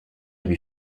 lui